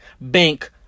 bank